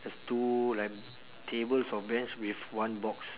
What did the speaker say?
there's two like tables of bench with one box